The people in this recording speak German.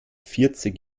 vierzig